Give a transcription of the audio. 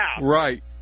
Right